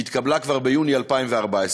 שהתקבלה כבר ביוני 2014,